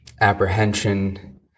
apprehension